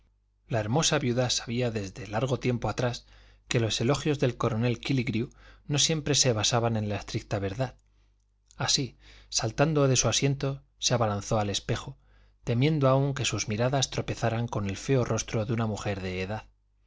la hermosa viuda sabía desde largo tiempo atrás que los elogios del coronel kílligrew no siempre se basaban en la estricta verdad así saltando de su asiento se abalanzó al espejo temiendo aún que sus miradas tropezaran con el feo rostro de una mujer de edad